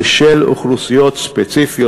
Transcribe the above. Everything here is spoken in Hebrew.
ושל אוכלוסיות ספציפיות,